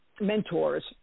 mentors –